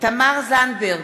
תמר זנדברג,